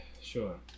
sure